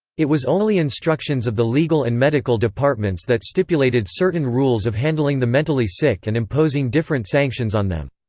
it was only instructions of the legal and medical departments that stipulated certain rules of handling the mentally sick and imposing different sanctions on them.